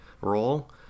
role